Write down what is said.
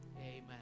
Amen